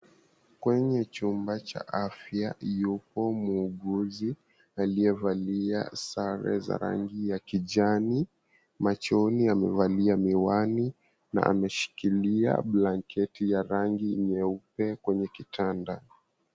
Kwenye chumba cha afya yuko muuguzi aliye valia sare za rangi ya kijani machoni amevalia miwani na ameshikilia blanketi ya rangi ya nyeupe kwenye kitanda.